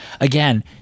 again